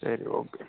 ശരി ഓക്കെ